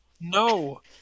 no